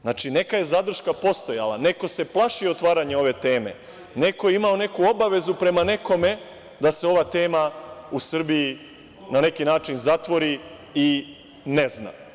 Znači, neka je zadrška postojala, neko se plaši otvaranja ove teme, neko je imao neku obavezu prema nekome da se ova tema u Srbiji na neki način zatvori i ne zna.